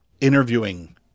interviewing